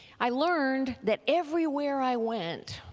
i learned that everywhere i went